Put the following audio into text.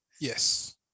Yes